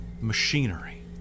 machinery